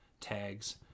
tags